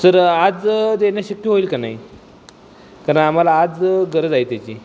sir आज देणं शक्य होईल का नाही कारण आम्हाला आज गरज आहे त्याची